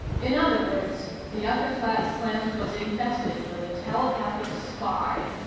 in other words, the yucca flats plant was infested with a telepathic spy.